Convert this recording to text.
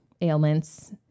ailments